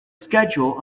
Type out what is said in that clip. schedule